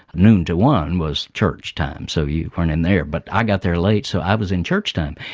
noon to one was church time so you weren't in there. but i got there late so i was in church time.